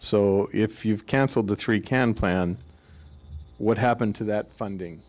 so if you've canceled the three can plan what happened to that funding